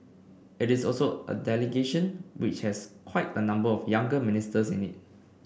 it is also a delegation which has quite a number of younger ministers in it